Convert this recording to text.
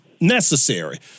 necessary